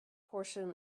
portion